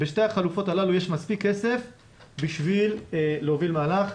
בשתי החלופות הללו יש מספיק כסף בשביל להוביל מהלך.